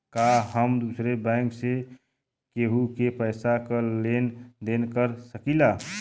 का हम दूसरे बैंक से केहू के पैसा क लेन देन कर सकिला?